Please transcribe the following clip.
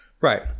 right